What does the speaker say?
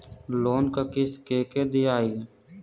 Loan क किस्त के के दियाई?